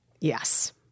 Yes